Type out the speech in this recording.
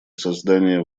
создание